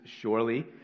surely